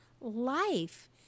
life